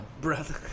Brother